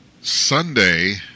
Sunday